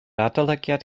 adolygiad